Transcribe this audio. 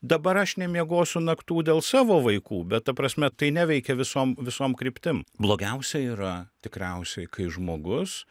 dabar aš nemiegosiu naktų dėl savo vaikų bet ta prasme tai neveikia visom visom kryptim blogiausia yra tikriausiai kai žmogus